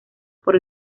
por